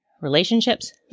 relationships